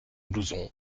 blouson